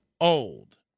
old